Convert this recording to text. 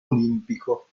olimpico